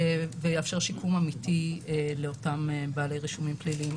ויאפשר שיקום אמיתי לאותם בעלי רישומים פליליים.